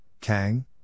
Kang